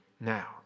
now